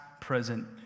present